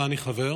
שבה אני חבר,